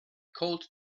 called